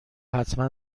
حتما